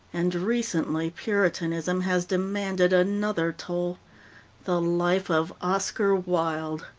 and recently puritanism has demanded another toll the life of oscar wilde.